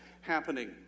happening